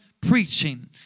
preaching